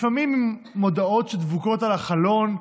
לפעמים עם מודעות שדבוקות על החלון,